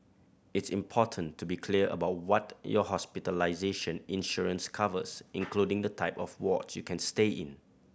it's important to be clear about what your hospitalization insurance covers including the type of wards you can stay in